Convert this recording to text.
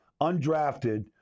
undrafted